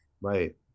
right